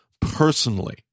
personally